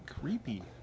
creepy